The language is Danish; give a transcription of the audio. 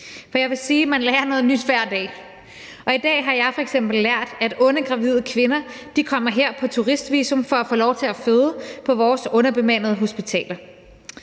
her. Jeg vil sige, at man lærer noget nyt hver dag. Og i dag har jeg f.eks. lært, at unge gravide kvinder kommer her på turistvisum for at få lov til at føde på vores underbemandede hospitaler.